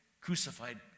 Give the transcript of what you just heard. crucified